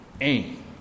aim